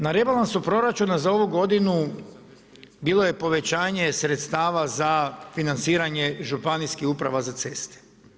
Na rebalansu proračuna za ovu godinu bilo je povećanje sredstava za financiranje županijskih uprava za ceste.